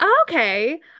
Okay